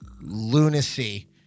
lunacy